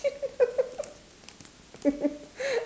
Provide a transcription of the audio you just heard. dinner